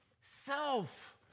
Self